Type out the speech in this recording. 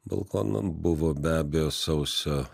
balkoną buvo be abejo sausio